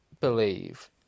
believe